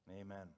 amen